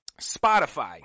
Spotify